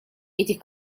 этих